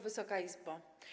Wysoka Izbo!